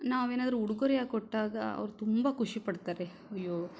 ನಾವು ಏನಾದರೂ ಉಡುಗೊರೆಯಾಗಿ ಕೊಟ್ಟಾಗ ಅವರು ತುಂಬ ಖುಷಿಪಡ್ತಾರೆ ಅಯ್ಯೋ